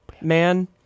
man